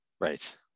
Right